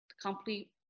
complete